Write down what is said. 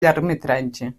llargmetratge